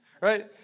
right